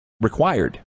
required